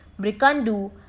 Brikandu